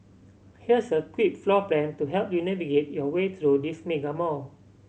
here's a quick floor plan to help you navigate your way through this mega mall